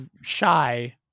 shy